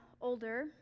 older